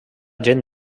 gent